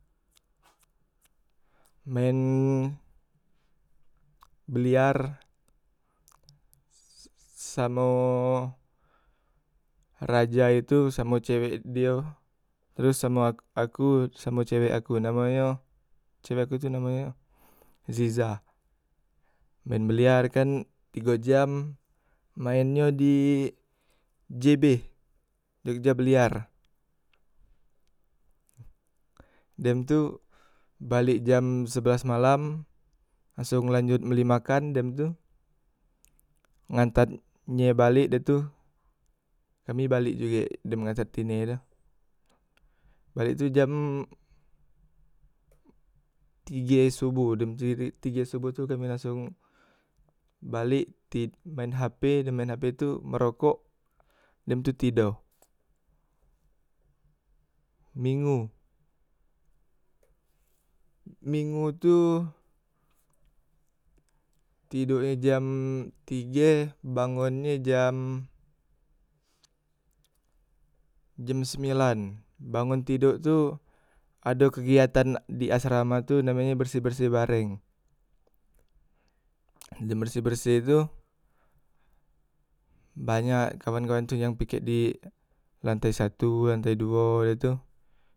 men biliar se samo raja itu samo cewek dio, teros samo aku samo cewek aku namonyo cewek aku tu namonyo zizah, maen biliar kan tigo jam maennyo di jb jogja biliar dem tu balek jam sebelas malam langsong lanjot beli makan dem tu ngantat nye balek da tu kami balek jugek dem ngantat tine tu, balek tu jam tige soboh, dem tige soboh tu kami langsong balek, tid maen hp dem maen hp tu, merokok dem tu tido, mingu, mingu tu tido e jam tige, bangun nye jam, jam sembilan, bangun tido tu ade kegiatan di asrama tu namenye berseh- berseh bareng dem berseh- berseh tu banyak kawan- kawan yang piket tu lantai satu, lantai duo tu.